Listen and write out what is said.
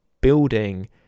building